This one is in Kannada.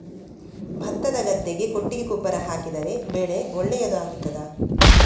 ಭತ್ತದ ಗದ್ದೆಗೆ ಕೊಟ್ಟಿಗೆ ಗೊಬ್ಬರ ಹಾಕಿದರೆ ಬೆಳೆ ಒಳ್ಳೆಯದು ಆಗುತ್ತದಾ?